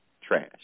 trash